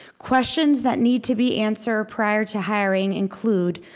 questions that need to be answered prior to hiring include,